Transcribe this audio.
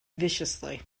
viciously